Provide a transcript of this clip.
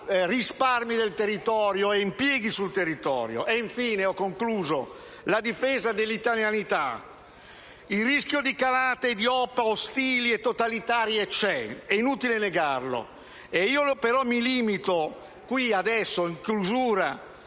risparmi del territorio e impieghi sul territorio. Infine, la difesa dell'italianità. Il rischio di scalate e di OPA ostili e totalitarie c'è, è inutile negarlo; però mi limito qui, adesso, in